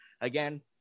Again